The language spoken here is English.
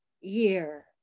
year